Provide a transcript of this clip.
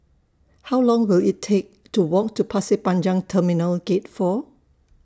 How Long Will IT Take to Walk to Pasir Panjang Terminal Gate four